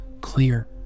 clear